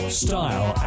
style